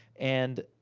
and.